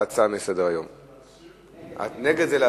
ההצעה שלא לכלול את הנושא בסדר-היום של הכנסת נתקבלה.